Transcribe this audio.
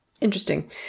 interesting